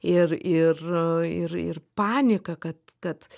ir ir ir ir panika kad kad